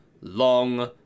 long